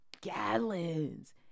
gallons